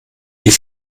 die